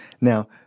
Now